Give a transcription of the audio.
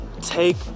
take